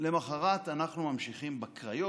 למוחרת אנחנו ממשיכים בקריות,